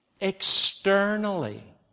externally